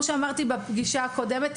כמו שאמרתי בפגישה הקודמת,